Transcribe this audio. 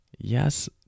Yes